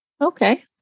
Okay